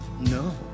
No